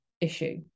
issue